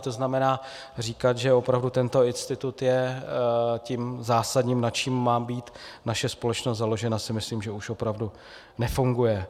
To znamená říkat, že opravdu tento institut je tím zásadním, na čem má být naše společnost založena, si myslím, že už opravdu nefunguje.